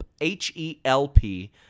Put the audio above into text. H-E-L-P